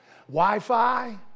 Wi-Fi